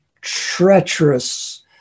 treacherous